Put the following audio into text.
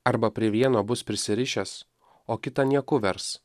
arba prie vieno bus prisirišęs o kitą nieku vers